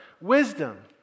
wisdom